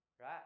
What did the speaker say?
right